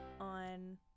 on